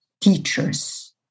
teachers